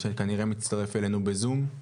את יובל אדמון שמצטרף אלינו בזום.